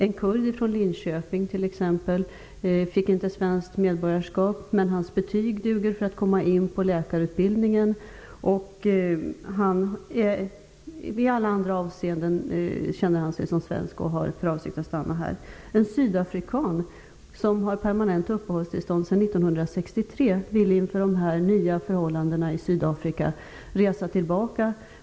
En kurd från Linköping t.ex. fick inte svenskt medborgarskap, men hans betyg duger för att komma in på läkarutbildning. Han känner sig i alla avseenden som svensk och har för avsikt att stanna här. En sydafrikan som har permanent uppehållstillstånd sedan 1963 ville inför de nya förhållandena i Sydafrika resa tillbaka.